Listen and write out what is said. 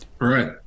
right